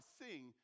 sing